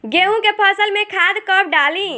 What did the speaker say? गेहूं के फसल में खाद कब डाली?